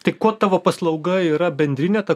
tai kuo tavo paslauga yra bendrinė ta